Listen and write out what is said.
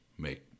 make